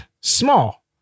Small